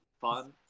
fun